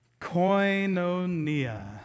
Koinonia